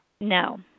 No